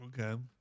Okay